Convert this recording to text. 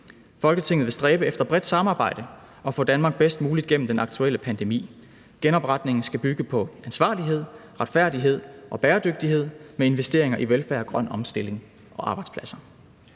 Folketinget vil stræbe efter bredt samarbejde og få Danmark bedst muligt gennem den aktuelle pandemi. Genopretningen skal bygge på ansvarlighed, retfærdighed og bæredygtighed med investeringer i velfærd, grøn omstilling og arbejdspladser.«